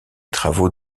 travaux